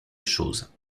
chose